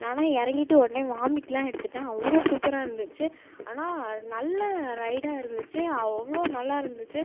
நான்லாம் இறங்கிட்டு உடனே வாமிட்லாம் எடுத்துவிட்டேன் அவ்வளோ சூப்பராக இருந்துச்சு ஆனால் நல்ல ரைடாக இருந்துச்சு அவ்வளோ நல்லா இருந்துச்சு